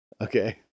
Okay